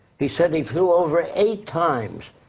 he said he flew over it eight times.